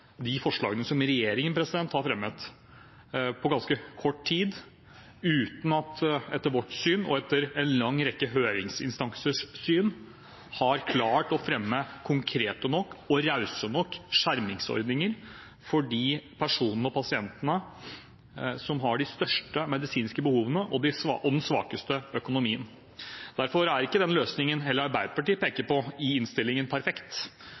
de forslagene som regjeringen har fremmet på ganske kort tid, uten at man etter vårt syn og etter en lang rekke høringsinstansers syn har klart å fremme konkrete og rause nok skjermingsordninger for de personene og pasientene som har de største medisinske behovene og den svakeste økonomien. Derfor er heller ikke den løsningen som Arbeiderpartiet peker på i innstillingen, perfekt.